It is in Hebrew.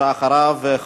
ואחריו,